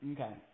Okay